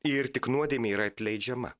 ir tik nuodėmė yra atleidžiama